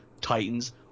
titans